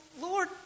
Lord